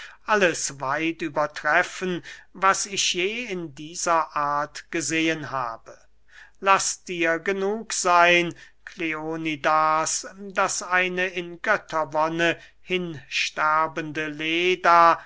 alles weit übertreffen was ich je in dieser art gesehen habe laß dir genug seyn kleonidas daß eine in götterwonne hinsterbende leda